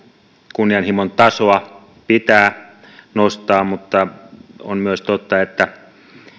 kunnianhimon tasoa pitää nostaa mutta on myös totta että